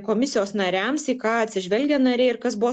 komisijos nariams į ką atsižvelgia nariai ir kas buvo